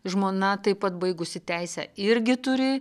žmona taip pat baigusi teisę irgi turi